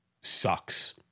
sucks